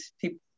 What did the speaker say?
people